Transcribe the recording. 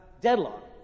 deadlock